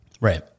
right